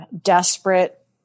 desperate